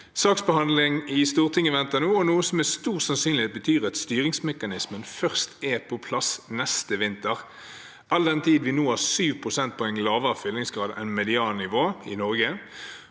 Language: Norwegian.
Saksbehandling i Stortinget venter nå, noe som med stor sannsynlighet betyr at styringsmekanismen først er på plass neste vinter. All den tid vi nå har 7 prosentpoeng lavere fyllingsgrad enn mediannivået i Norge,